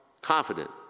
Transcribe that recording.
confident